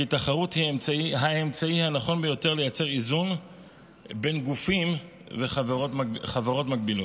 כי תחרות היא האמצעי הנכון ביותר לייצר איזון בין גופים וחברות מקבילות.